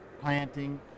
planting